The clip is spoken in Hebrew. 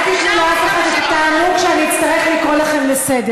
אל תיתנו לאף אחד את התענוג שאני אצטרך לקרוא אתכם לסדר.